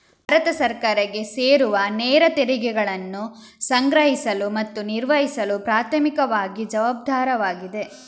ಭಾರತ ಸರ್ಕಾರಕ್ಕೆ ಸೇರುವನೇರ ತೆರಿಗೆಗಳನ್ನು ಸಂಗ್ರಹಿಸಲು ಮತ್ತು ನಿರ್ವಹಿಸಲು ಪ್ರಾಥಮಿಕವಾಗಿ ಜವಾಬ್ದಾರವಾಗಿದೆ